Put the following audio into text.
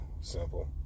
simple